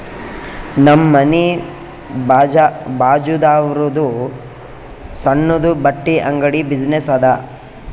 ನಮ್ ಮನಿ ಬಾಜುದಾವ್ರುದ್ ಸಣ್ಣುದ ಬಟ್ಟಿ ಅಂಗಡಿ ಬಿಸಿನ್ನೆಸ್ ಅದಾ